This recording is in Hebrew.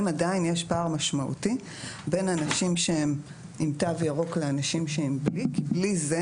האם עדיין יש פער משמעותי בין אנשים שהם עם תו ירוק לאנשים שהם בלי תו.